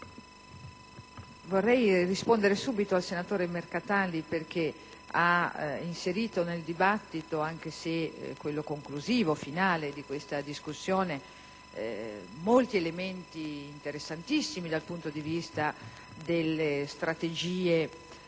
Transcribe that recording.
vorrei rispondere subito al senatore Mercatali perché ha inserito nel dibattito, anche se alla fine di questa discussione, molti elementi interessantissimi dal punto di vista delle strategie economiche